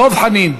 דב חנין,